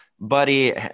Buddy